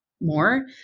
more